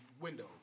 window